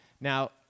Now